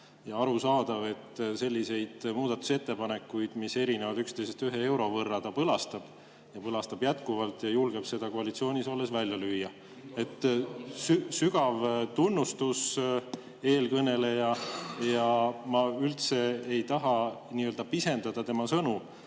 Ja arusaadav, et selliseid muudatusettepanekuid, mis erinevad üksteisest 1 euro võrra, ta põlastab ja julgeb seda koalitsioonis olles välja lüüa. Sügav tunnustus, eelkõneleja! Ja ma üldse ei taha pisendada tema sõnu